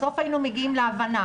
בסוף היינו מגיעים להבנה.